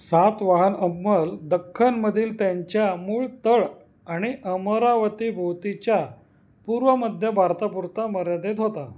सातवाहन अंमल दख्खनमधील त्यांच्या मूळ तळ आणि अमरावतीभोवतीच्या पूर्वमध्य भारतापुरता मर्यादित होता